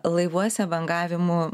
laivuose bangavimų